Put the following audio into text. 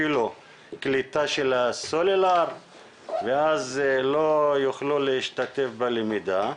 אין להם אפילו קליטה של הסלולר ואז הם לא יוכלו להשתתף בלמידה.